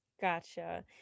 Gotcha